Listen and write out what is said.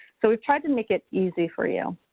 so we try to make it easy for you.